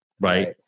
right